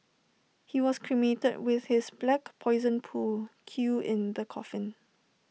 he was cremated with his black Poison pool cue in the coffin